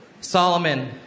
Solomon